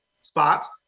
spots